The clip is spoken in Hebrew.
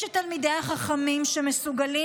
יש את תלמידי החכמים שמסוגלים,